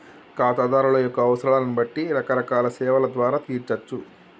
ఖాతాదారుల యొక్క అవసరాలను బట్టి రకరకాల సేవల ద్వారా తీర్చచ్చు